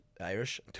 Irish